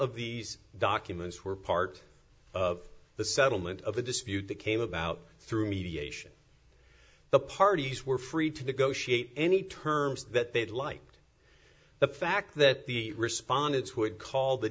of these documents were part of the settlement of a dispute that came about through mediation the parties were free to go shape any terms that they'd like the fact that the respondents would call th